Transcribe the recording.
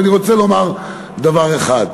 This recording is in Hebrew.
ואני רוצה לומר דבר אחד: